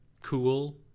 cool